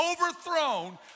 overthrown